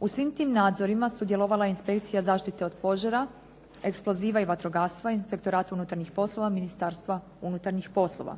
U svim tim nadzorima sudjelovala je inspekcija zaštite od požara, eksploziva i vatrogastva, inspektorat unutarnjih poslova, Ministarstva unutarnjih poslova.